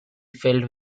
filled